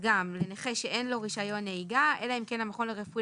נכה שאין לו רישיון נהיגה אלא אם כן המכון הרפואי